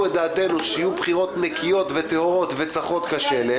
את דעתנו שתהיינה בחירות נקיות וטהורות וצחות כשלג.